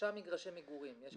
שלושה מגרשי מגורים.